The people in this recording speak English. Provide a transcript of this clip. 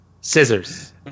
Scissors